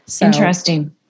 Interesting